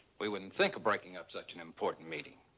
we wouldn't think of breaking up such an important meeting.